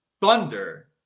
Thunder